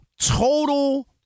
total